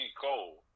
cold